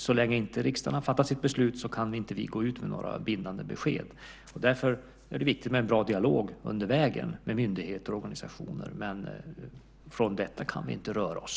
Så länge inte riksdagen har fattat sitt beslut kan vi inte gå ut med några bindande besked. Därför är det viktigt med en bra dialog med myndigheter och organisationer under vägen. Från detta kan vi inte röra oss.